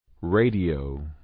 radio